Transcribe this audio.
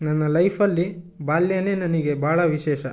ನನ್ನ ಲೈಫಲ್ಲಿ ಬಾಲ್ಯನೇ ನನಗೆ ಭಾಳ ವಿಶೇಷ